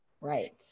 Right